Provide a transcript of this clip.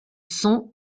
son